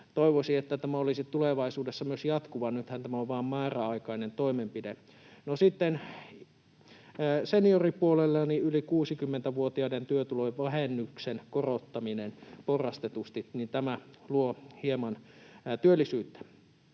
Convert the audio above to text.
Toivoisin, että tämä olisi tulevaisuudessa myös jatkuva, nythän tämä on vain määräaikainen toimenpide. No, sitten senioripuolelle yli 60‑vuotiaiden työtulojen vähennyksen korottaminen porrastetusti luo hieman työllisyyttä.